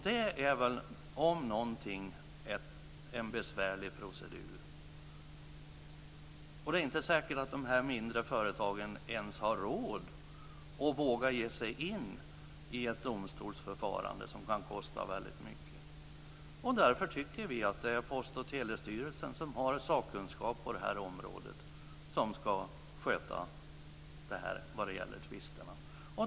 Det är väl, om någonting, en besvärlig procedur. Det är inte ens säkert att de mindre företagen har råd att våga ge sig in i ett domstolsförfarande, som kan kosta väldigt mycket. Därför tycker vi att det är Post och telestyrelsen, som har sakkunskap på detta område, som ska sköta tvisterna.